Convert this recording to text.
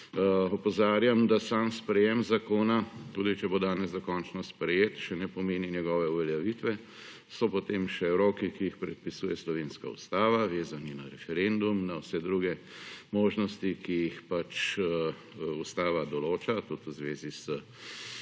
Opozarjam, da sam sprejem zakona, tudi če bo danes dokončno sprejet, še ne pomeni njegove uveljavitve. So potem še roki, ki jih predpisuje slovenska ustava, vezani na referendum, na vse druge možnosti, ki jih pač ustava določa, tudi v zvezi z